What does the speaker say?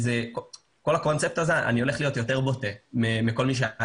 כל הקונספט הזה - אני הולך להיות יותר בוטה מאשר קודמי